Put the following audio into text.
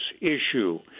issue